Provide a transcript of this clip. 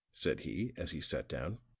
said he, as he sat down.